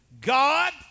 God